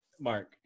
Mark